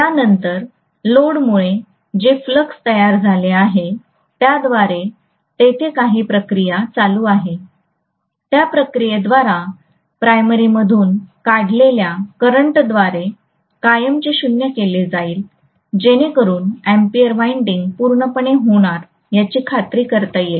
यानंतर लोडमुळे जे फ्लक्स तयार झाले आहे त्याद्वारे तिथे काही प्रक्रिया चालू आहे त्या प्रक्रिया द्वारे प्राइमरीमधून काढलेल्या करंटद्वारे कायमचे शून्य केले जाईल जेणेकरून अॅम्पीयर वाइंडिंग पूर्णपणे होणार याची खात्री करता येईल